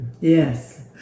Yes